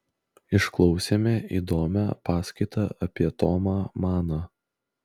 išklausėme įdomią paskaitą apie tomą maną